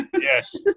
Yes